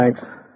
Thanks